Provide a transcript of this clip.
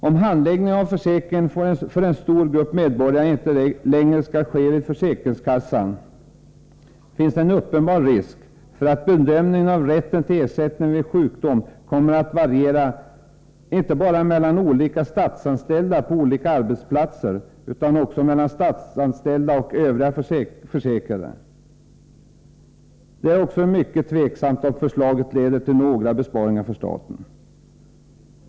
Om handläggningen av försäkringen för en stor grupp medborgare inte längre skall ske vid försäkringskassan, finns en uppenbar risk för att bedömningen av rätten till ersättning vid sjukdom kommer att variera inte bara mellan olika statsanställda på olika arbetsplatser utan också mellan statsanställda och övriga försäkrade. Det är också mycket tveksamt om förslaget leder till några besparingar för staten.